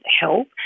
help